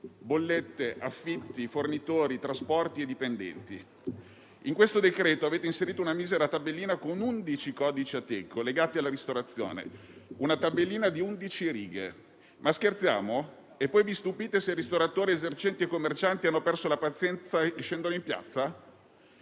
(bollette, affitti, fornitori, trasporti e dipendenti). In questo decreto avete inserito una misera tabellina con undici codici Ateco legati alla ristorazione, una tabellina di undici righe. Ma scherziamo? E poi vi stupite se ristoratori, esercenti e commercianti hanno perso la pazienza e scendono in piazza?